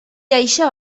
això